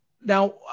Now